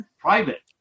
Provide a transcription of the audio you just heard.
Private